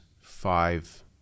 five